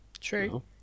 True